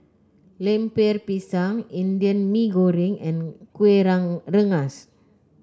Lemper Pisang Indian Mee Goreng and Kueh Rengas